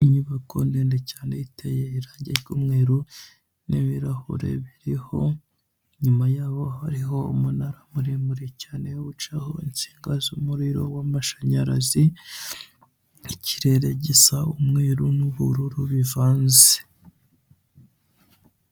Inyubako ndende cyane iteye irangi ry'umweru, n'ibirahure biriho inyuma yaho umunara muremure cyane ucaho itsinga z'umuriro w'amashanyarazi, ikirere gisa n'umweru n'ubururu bivanze.